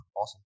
awesome